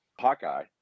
Hawkeye